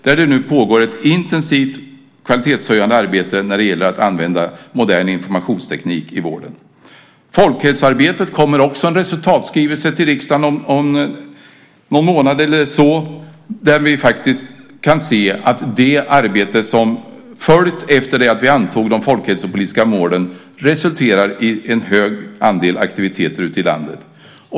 Och där pågår det nu ett intensivt kvalitetshöjande arbete när det gäller att använda modern informationsteknik i vården. Det kommer också en resultatskrivelse till riksdagen om folkhälsoarbetet om någon månad eller så, där vi faktiskt kan se att det arbete som har följt efter det att vi antog de folkhälsopolitiska målen resulterar i många aktiviteter ute i landet.